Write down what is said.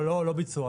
לא ביצוע.